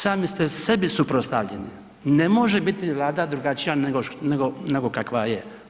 Sami ste sebi suprotstavljeni, ne može biti Vlada drugačija nego kakva je.